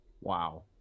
Wow